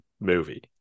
movie